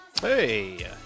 Hey